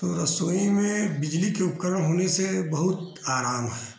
तो रसोई में बिजली के उपकरण होने से बहुत आराम है